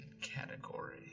category